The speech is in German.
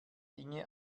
inge